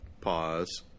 Pause